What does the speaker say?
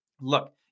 Look